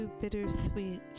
bittersweet